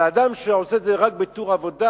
אבל אדם שעושה את זה רק בתור עבודה,